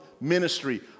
ministry